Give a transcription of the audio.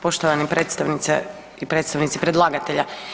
Poštovani predstavnice i predstavnici predlagatelja.